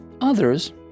others